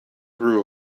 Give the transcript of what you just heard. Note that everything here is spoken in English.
brew